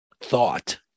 thought